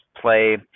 play